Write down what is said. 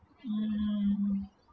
mmhmm